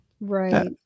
Right